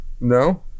No